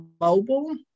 mobile